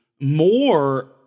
more